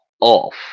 off